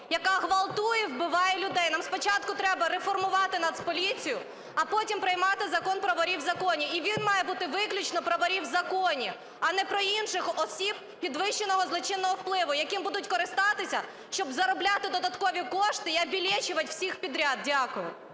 яка ґвалтує, вбиває людей. Нам спочатку треба реформувати Нацполіцію, а потім приймати закон про "ворів в законі". І він має бути виключно про "ворів в законі", а не про інших осіб підвищеного злочинного впливу, яким будуть користатися, щоб заробляти додаткові кошти і "обилечивать" всіх підряд. Дякую.